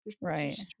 Right